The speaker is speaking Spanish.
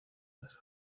las